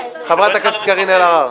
חברת הכנסת קארין אלהרר,